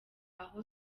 aho